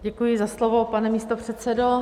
Děkuji za slovo, pane místopředsedo.